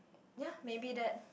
ya maybe that